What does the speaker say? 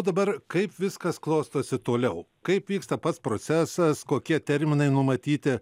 dabar kaip viskas klostosi toliau kaip vyksta pats procesas kokie terminai numatyti